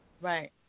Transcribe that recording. Right